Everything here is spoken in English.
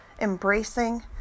embracing